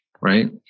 right